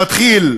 שמתחיל: